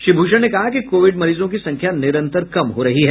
श्री भूषण ने कहा कि कोविड मरीजों की संख्या निरंतर कम हो रही है